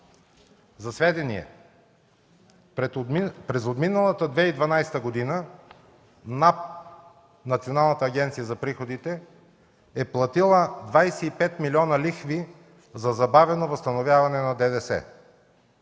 За сведение, през отминалата 2012 г. Националната агенция за приходите е платила 25 млн. лв. лихви за забавено възстановяване на ДДС.